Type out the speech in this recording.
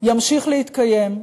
ימשיך להתקיים.